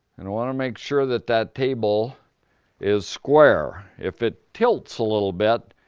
and i wanna make sure that that table is square. if it tilts a little bit,